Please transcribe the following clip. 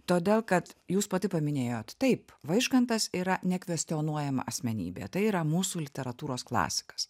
todėl kad jūs pati paminėjot taip vaižgantas yra nekvestionuojama asmenybė tai yra mūsų literatūros klasikas